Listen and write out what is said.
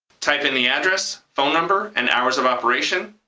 type in the address, phone number, and hours of operation,